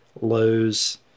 lows